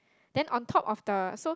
then on top of the so